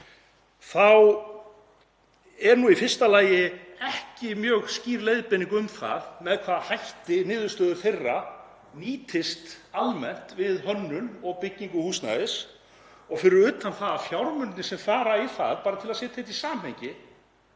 þá er í fyrsta lagi ekki mjög skýr leiðbeining um það með hvaða hætti niðurstöður þeirra nýtist almennt við hönnun og byggingu húsnæðis og fyrir utan það eru fjármunirnir sem fara í það, bara til að setja þetta í samhengi,